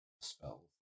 spells